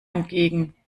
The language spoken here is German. entgegen